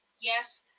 Yes